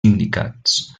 indicats